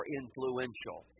influential